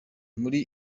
muri